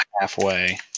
halfway